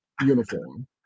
uniform